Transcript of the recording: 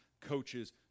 coaches